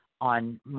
On